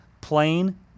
plain